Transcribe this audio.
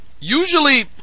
usually